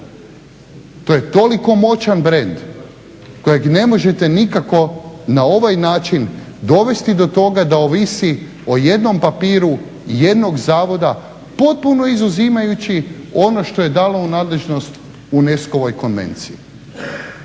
To je toliko moćan brend kojeg ne možete nikako na ovaj način dovesti do toga da ovisi o jednom papiru jednog zavoda, potpuno izuzimajući ono što je dalo u nadležnost UNESCO-ovoj konvenciji.